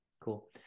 Cool